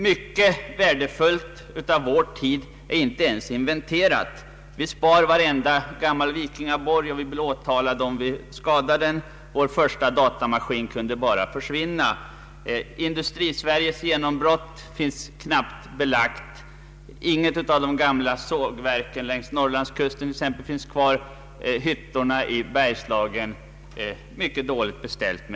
Mycket värdefullt från vår tid är inte ens inventerat. Vi sparar varenda gamla vikingaborg — vi blir åtalade om vi skadar en sådan — men vår första datamaskin kunde bara försvinna. Industrisveriges genombrott finns knappt belagt. Inget av de gamla sågverken längs Norrlandskusten finns kvar; med hyttorna i Bergslagen är det mycket dåligt beställt.